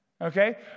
Okay